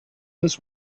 this